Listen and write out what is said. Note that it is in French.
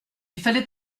fallait